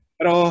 Pero